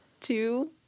two